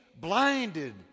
blinded